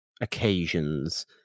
occasions